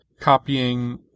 copying